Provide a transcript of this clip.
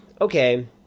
okay